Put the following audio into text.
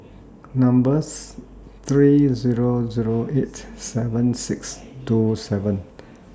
number's three Zero Zero eight seven six two seven